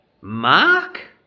Mark